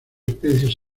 especies